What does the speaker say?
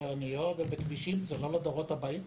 באוניות ובכבישים זה לא לדורות הבאים?